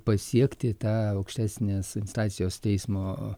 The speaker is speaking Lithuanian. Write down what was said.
pasiekti tą aukštesnės instancijos teismo